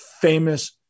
famous